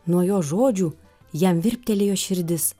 nuo jo žodžių jam virptelėjo širdis